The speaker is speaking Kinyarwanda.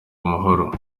amahoro